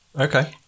Okay